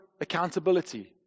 accountability